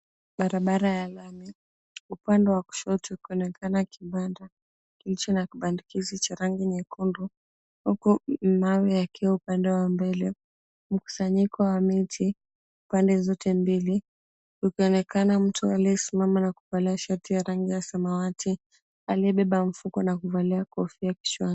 Barabara ya lami upande wa kushoto ikionekana kibanda kilicho na kibandikizi cha rangi nyekundu, huku mawe yakiwa upande wa mbele, mkusanyiko wa miti pande zote mbili, ikionekana mtu aliyesimama na kuvalia shati ya rangi ya samawati, aliyebeba mfuko na kuvalia kofia kichwani.